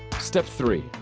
step three.